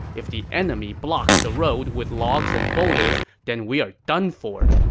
if the enemy blocks the road with logs and boulders, then we're done for.